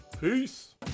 Peace